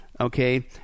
okay